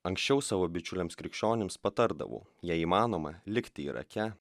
anksčiau savo bičiuliams krikščionims patardavau jei įmanoma likti irake